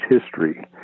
history